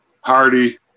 Hardy